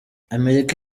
amerika